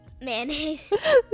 Mayonnaise